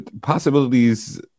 possibilities